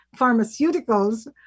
pharmaceuticals